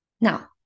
Now